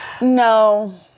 No